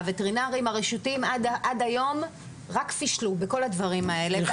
הווטרינרים הרשותיים עד היום רק פישלו בכל הדברים האלה.